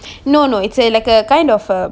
no no it's a like a kind of a